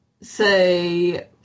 say